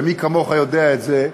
ומי כמוך יודע את זה,